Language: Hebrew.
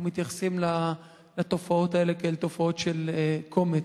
מתייחסים לתופעות האלה כאל תופעות של "קומץ".